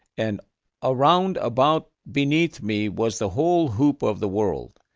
and ah round about beneath me was the whole hoop of the world.